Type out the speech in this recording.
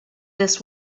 this